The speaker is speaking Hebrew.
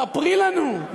ספרי לנו.